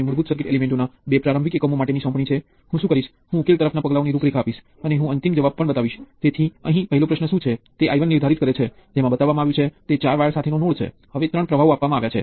મૂળભૂત electrical circuit ના બીજા એકમ માં આપનું હાર્દિક સ્વાગત છે